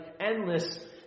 endless